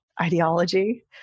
ideology